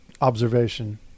observation